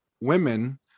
women